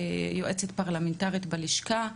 יועצת פרלמנטרית בלשכה,